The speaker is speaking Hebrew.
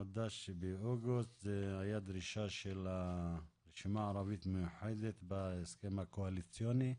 הייתה דרישה של הרשימה הערבית המיוחדת בהסכם הקואליציוני.